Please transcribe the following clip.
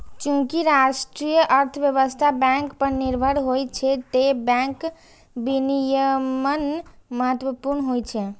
चूंकि राष्ट्रीय अर्थव्यवस्था बैंक पर निर्भर होइ छै, तें बैंक विनियमन महत्वपूर्ण होइ छै